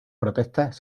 protestas